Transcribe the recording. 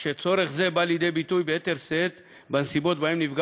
כשצורך זה בא לידי ביטוי ביתר שאת בנסיבות שבהן נפגע